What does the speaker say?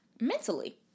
mentally